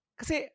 kasi